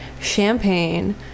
champagne